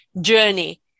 journey